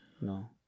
No